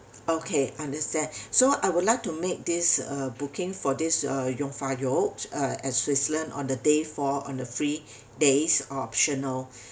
okay understand so I would like to make this booking for this uh jungfraujoch uh at switzerland on the day for on the free days optional